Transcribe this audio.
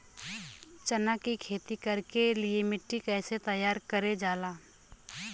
चना की खेती कर के लिए मिट्टी कैसे तैयार करें जाला?